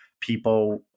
people